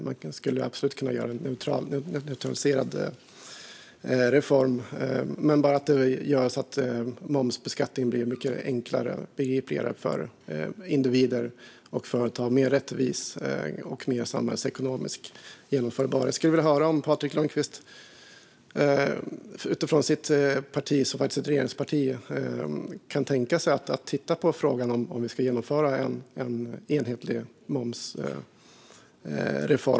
Man skulle absolut kunna genomföra en neutraliserad reform men göra så att beskattningen när det gäller moms blir mycket enklare och begripligare för individer och företag, mer rättvis och samhällsekonomiskt genomförbar. Jag skulle vilja höra om Patrik Lundqvist och hans parti, som faktiskt är ett regeringsparti, kan tänka sig att titta på frågan om att genomföra en reform för enhetlig moms.